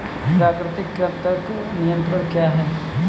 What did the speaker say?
प्राकृतिक कृंतक नियंत्रण क्या है?